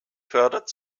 fördert